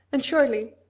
and surely,